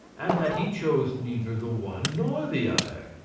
and that he chose neither the one nor the other.